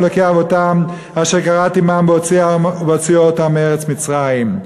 אלוקי אבתם אשר כרת עמם בהוציא אתם מארץ מצרים",